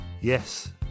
Yes